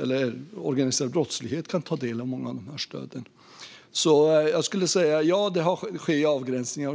eller så att organiserad brottslighet inte kan ta del av många av stöden. Visst sker det avgränsningar.